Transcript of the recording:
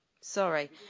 Sorry